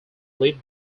lead